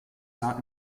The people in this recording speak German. jahr